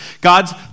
God's